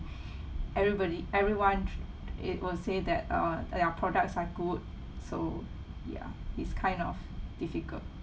everybody everyone it will say that uh their products are good so ya it's kind of difficult